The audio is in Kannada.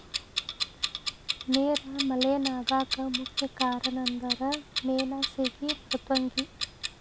ನೇರ ಮಲೇನಾ ಆಗಾಕ ಮುಖ್ಯ ಕಾರಣಂದರ ಮೇನಾ ಸೇಗಿ ಮೃದ್ವಂಗಿ